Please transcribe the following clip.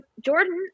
Jordan